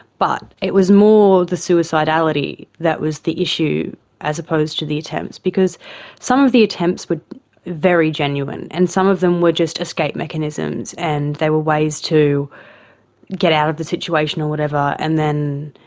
but it was more the suicidality that was the issue as opposed to the attempts because some of the attempts were very genuine and some of them were just escape mechanisms and they were ways to get out of the situation or whatever. and then